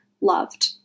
loved